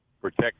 protect